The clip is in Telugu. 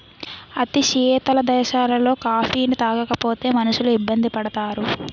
అతి శీతల దేశాలలో కాఫీని తాగకపోతే మనుషులు ఇబ్బంది పడతారు